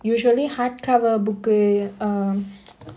usually hardcover book um